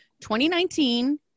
2019